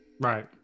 Right